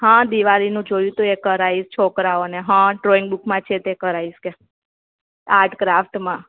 હા દિવાળીનું જોયું હતું એ કરાવીશ છોકરાઓને હં ડ્રોઈંગ બૂકમાં છે તે કરાવીશ કે આર્ટ ક્રાફ્ટમાં